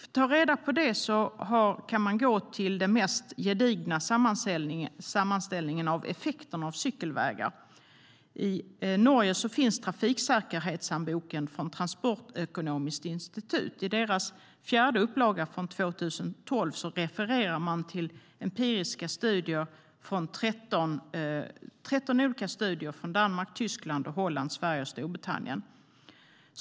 För att ta reda på detta kan man gå till den mest gedigna sammanställning av effekten av cykelvägar som finns. I Norge finns Trafikksikkerhetshåndboken från Transportøkonomisk institutt. I den fjärde upplagan, från 2012, refererar man till 13 olika empiriska studier från Danmark, Tyskland, Holland, Sverige och Storbritannien.